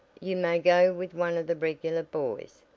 you may go with one of the regular boys,